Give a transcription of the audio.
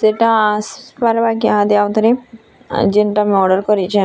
ସେଟା ଆସିପାର୍ବା କି ଇହାଦେ ଆଉ ଥରେ ଆଉ ଯେନ୍ଟା ମୁଁ ଅର୍ଡ଼ର୍ କରିଛେ